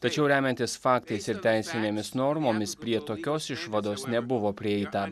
tačiau remiantis faktais ir teisinėmis normomis prie tokios išvados nebuvo prieita